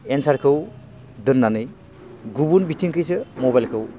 एनसारखौ दोननानै गुबुन बिथिंखैसो मबेलखौ